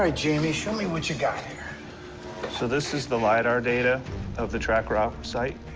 ah jamie, show me what you got here. so this is the lidar data of the track rock site.